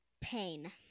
pain